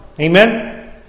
Amen